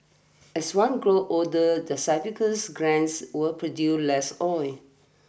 as one grows older the sebaceous glands will produce less oil